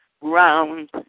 round